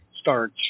starch